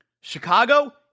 Chicago